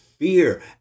Fear